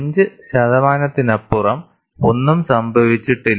അഞ്ച് ശതമാനത്തിനപ്പുറം ഒന്നും സംഭവിച്ചിട്ടില്ല